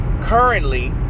currently